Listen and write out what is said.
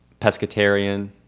pescatarian